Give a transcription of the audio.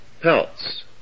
pelts